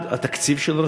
אחד, התקציב של הרשות.